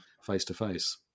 face-to-face